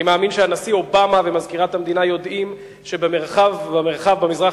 אני מאמין שהנשיא אובמה ומזכירת המדינה יודעים שבמרחב המזרח